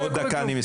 לא היה קורה כלום.